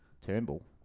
Turnbull